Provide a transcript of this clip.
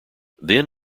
then